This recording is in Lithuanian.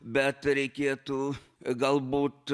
bet reikėtų galbūt